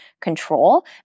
control